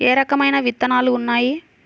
ఏ రకమైన విత్తనాలు ఉన్నాయి?